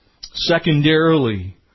Secondarily